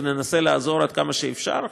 וננסה לעזור עד כמה שאפשר.